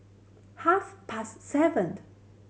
half past seven